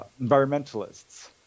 environmentalists